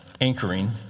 anchoring